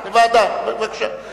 לוועדה, בבקשה.